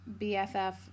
BFF